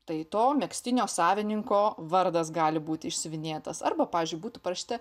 tai to megztinio savininko vardas gali būt išsiuvinėtas arba pavyzdžiui būtų parašyta